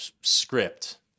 script